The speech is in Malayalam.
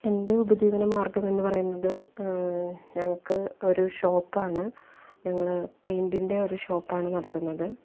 എന്റെ ഉപജീവന മാര്ഗമെന്ന് പറയുന്നത് ഞങ്ങൾക്ക് ഒരു ഷോപ്പാണ് ഞങ്ങൾ പേയ്ന്റിന്റെ ഒരു ഷോപ്പാണ് നടത്തുന്നത്